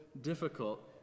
difficult